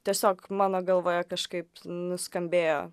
tiesiog mano galvoje kažkaip nuskambėjo